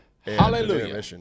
Hallelujah